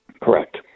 correct